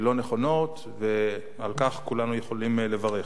כלא-נכונות, ועל כך כולנו יכולים לברך.